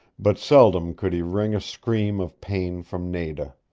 but seldom could he wring a scream of pain from nada.